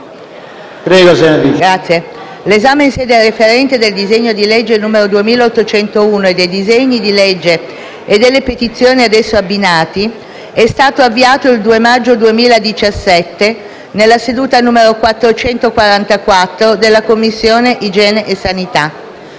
l'esame in sede referente del disegno di legge n. 2801 e dei disegni di legge e delle petizioni ad esso abbinati è stato avviato il 2 maggio 2017 nella seduta n. 444 della Commissione igiene e sanità.